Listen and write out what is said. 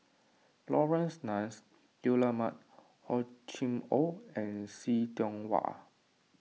Laurence Nunns Guillemard Hor Chim or and See Tiong Wah